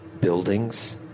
buildings